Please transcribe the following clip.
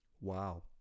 Wow